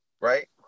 right